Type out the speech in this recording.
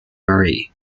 marie